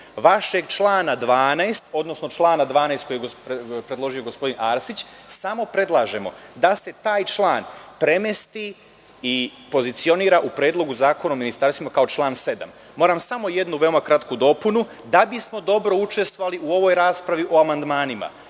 vašeg člana 12, odnosno člana 12. koji je predložio gospodin Arsić, samo predlažemo da se taj član premesti i pozicionira u Predlogu zakona o ministarstvima kao član 7.Moram samo jednu veoma kratku dopunu. Da bismo dobro učestvovali u ovoj raspravi o amandmanima,